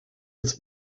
its